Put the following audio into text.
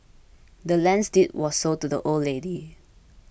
the land's deed was sold to the old lady